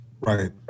Right